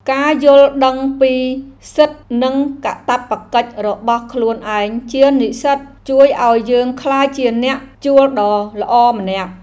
ការយល់ដឹងពីសិទ្ធិនិងកាតព្វកិច្ចរបស់ខ្លួនឯងជានិស្សិតជួយឱ្យយើងក្លាយជាអ្នកជួលដ៏ល្អម្នាក់។